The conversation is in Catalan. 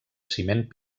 ciment